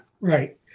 Right